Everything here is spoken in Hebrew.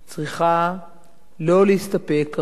צריכה לא להסתפק רק,